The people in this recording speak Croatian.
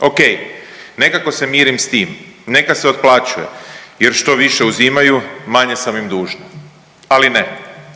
Okej, nekako se mirim s tim, neka se otplaćuje jer što više uzimaju manje sam im dužna, ali ne